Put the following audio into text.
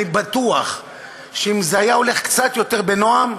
אני בטוח שאם זה היה הולך קצת יותר בנועם,